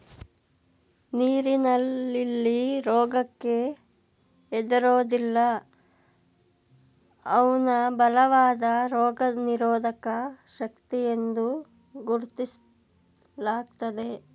ನೀರಿನ ಲಿಲ್ಲಿ ರೋಗಕ್ಕೆ ಹೆದರೋದಿಲ್ಲ ಅವ್ನ ಬಲವಾದ ರೋಗನಿರೋಧಕ ಶಕ್ತಿಯೆಂದು ಗುರುತಿಸ್ಲಾಗ್ತದೆ